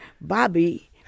Bobby